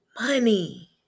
money